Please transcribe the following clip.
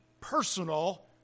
personal